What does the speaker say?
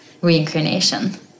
reincarnation